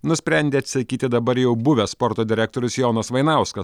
nusprendė atsisakyti dabar jau buvęs sporto direktorius jonas vainauskas